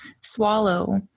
swallow